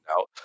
out